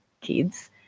kids